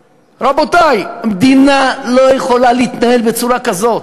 רבותי, מדינה לא יכולה להתנהל בצורה כזאת.